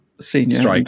senior